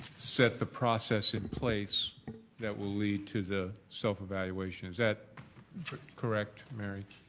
set the process in place that will lead to the self evaluation. is that correct, mary?